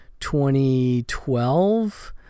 2012